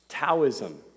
Taoism